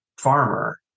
farmer